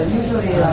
usually